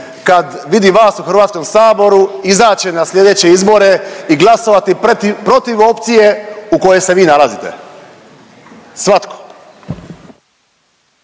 kad vidi vas u HS-u izać će na slijedeće izbore i glasovati protiv opcije u kojoj se vi nalazite. Svatko.